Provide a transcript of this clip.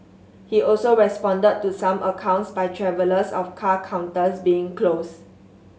he also responded to some accounts by travellers of car counters being closed